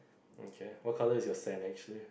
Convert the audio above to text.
okay what colour is your sand actually